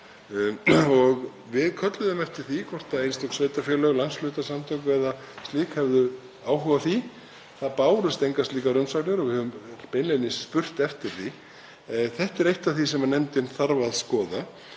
Við kölluðum eftir því hvort einstök sveitarfélög, landshlutasamtök eða slíkt, hefðu áhuga á því. Það bárust engar slíkar umsagnir og við höfum beinlínis spurt eftir því. Þetta er eitt af því sem nefndin þarf að skoða.